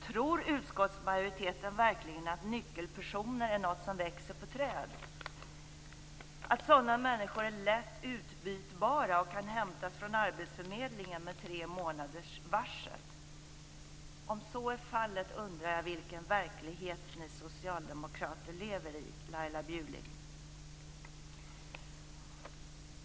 Tror utskottsmajoriteten verkligen att nyckelpersoner är något som växer på träd, att sådana människor är lätt utbytbara och kan hämtas från arbetsförmedlingen med tre månaders varsel? Om så är fallet undrar jag vilken verklighet ni socialdemokrater lever i, Laila Bjurling.